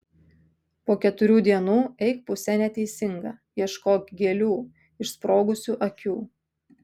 po keturių dienų eik puse neteisinga ieškok gėlių išsprogusių akių